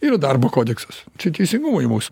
yra darbo kodeksas čia teisingumui mūsų